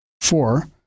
Four